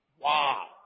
Wow